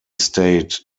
stayed